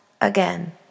again